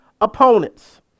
opponents